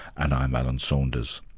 and i'm alan saunders.